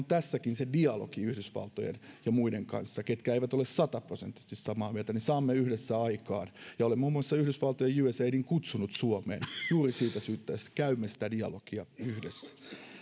tässäkin se dialogi yhdysvaltojen ja muiden kanssa ketkä eivät ole sataprosenttisesti samaa mieltä ja saamme yhdessä aikaan olen muun muassa yhdysvaltojen usaidin kutsunut suomeen juuri siitä syystä että käymme sitä dialogia yhdessä